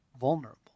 vulnerable